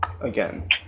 again